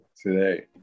today